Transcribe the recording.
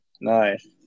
Nice